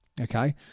Okay